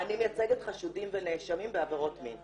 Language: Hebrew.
חשודים ונאשמים בעבירות מין.